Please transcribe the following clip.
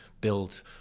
build